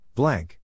Blank